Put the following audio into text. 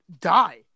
die